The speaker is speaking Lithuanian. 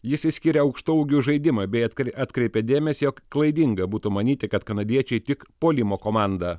jis išskyrė aukštaūgių žaidimą bei atkri atkreipė dėmesį jog klaidinga būtų manyti kad kanadiečiai tik puolimo komanda